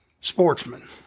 sportsman